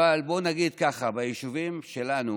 אבל בואו נגיד כך: ביישובים שלנו